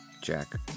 Jack